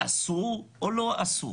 אסור או מותר?